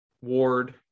Ward